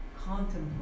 contemplate